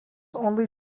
only